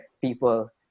people